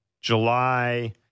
July